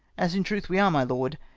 as in truth we are, my lord,